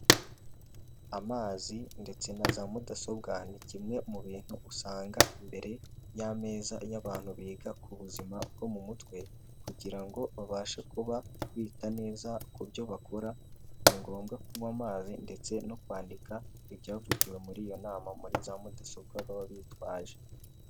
Amazi ndetse na za mudasobwa ni kimwe mu bintu usanga imbere y'ameza y'abantu iyo biga ku buzima bwo mu mutwe kugira ngo babashe kuba bita neza ku byo bakora, ni ngombwa kunywa amazi ndetse no kwandika ibyavugiwe muri iyo nama muri za mudasobwa baba bitwaje.